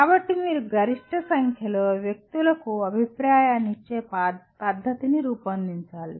కాబట్టి మీరు గరిష్ట సంఖ్యలో వ్యక్తులకు అభిప్రాయాన్ని ఇచ్చే పద్ధతిని రూపొందించాలి